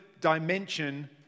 dimension